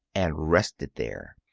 and rested there.